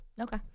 Okay